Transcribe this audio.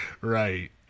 Right